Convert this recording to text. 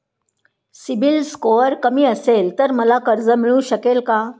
CIBIL score कमी असेल तर मला कर्ज मिळू शकेल का?